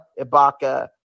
Ibaka